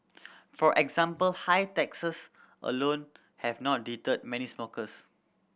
for example high taxes alone have not deterred many smokers